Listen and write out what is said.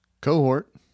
Cohort